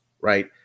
right